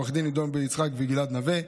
עו"ד עידו בן יצחק וגלעד נוה,